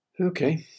Okay